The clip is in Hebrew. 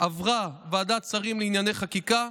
עברה ועדת שרים לענייני חקיקה,